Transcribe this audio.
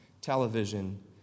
television